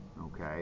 okay